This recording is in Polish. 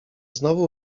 znowu